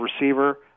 receiver